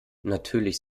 natürlich